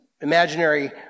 imaginary